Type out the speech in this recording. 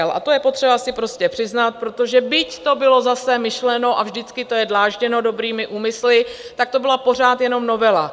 A to je potřeba si prostě přiznat, protože byť to bylo zase myšleno, a vždycky to je dlážděno dobrými úmysly, tak to byla pořád jenom novela.